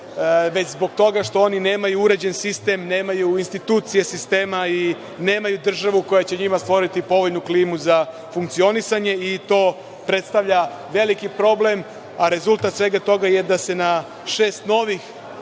već zbog toga što oni nemaju uređen sistem, nemaju institucije sistema i nemaju državu koja će njima stvoriti povoljnu klimu za funkcionisanje i to predstavlja veliki problem, a rezultat svega toga je da se na šest novih